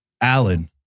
Alan